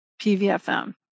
PVFM